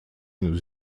nous